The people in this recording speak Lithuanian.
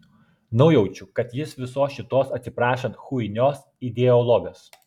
nujaučiu kad jis visos šitos atsiprašant chuinios ideologas